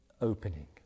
opening